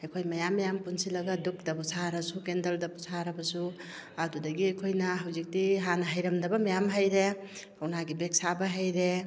ꯑꯩꯈꯣꯏ ꯃꯌꯥꯝ ꯃꯌꯥꯝ ꯄꯨꯟꯁꯤꯟꯂꯒ ꯗꯨꯛꯇꯕꯨ ꯁꯥꯔꯁꯨ ꯀꯦꯟꯗꯜꯗꯕꯨ ꯁꯥꯔꯕꯁꯨ ꯑꯗꯨꯗꯒꯤ ꯑꯩꯈꯣꯏꯅ ꯍꯧꯖꯤꯛꯇꯤ ꯍꯥꯟꯅ ꯍꯩꯔꯝꯗꯕ ꯃꯌꯥꯝ ꯍꯩꯔꯦ ꯀꯧꯅꯒꯤ ꯕꯦꯛ ꯁꯥꯕ ꯍꯩꯔꯦ